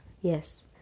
yes